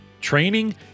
training